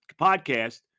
podcast